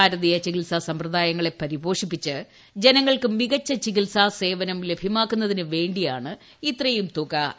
ഭാര തീയ ചികിത്സാ സമ്പ്രദായങ്ങളെ പരിപോഷിപ്പിച്ച് ജന ങ്ങൾക്ക് മികച്ച ചികിത്സാ സേവന്റും ലഭൃമാക്കുന്നതിന് വേണ്ടിയാണ് ഇത്രയും തുക അനുപ്പിച്ചത്